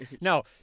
No